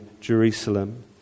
Jerusalem